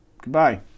Goodbye